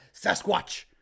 sasquatch